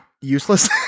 useless